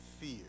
fear